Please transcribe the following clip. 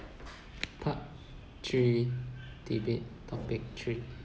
part three debate topic three